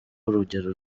urugero